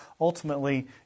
ultimately